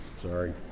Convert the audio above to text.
Sorry